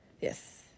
Yes